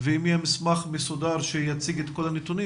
ואם יהיה מסמך מסודר שיציג את כל הנתונים